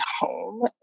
home